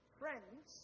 friends